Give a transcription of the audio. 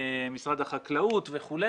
משרד החקלאות וכו',